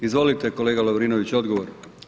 Izvolite kolega Lovrinović, odgovor.